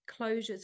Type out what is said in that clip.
closures